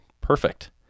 Perfect